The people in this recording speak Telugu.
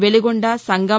వెలిగొండసంగం